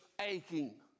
aching